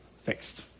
fixed